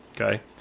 Okay